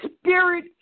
spirit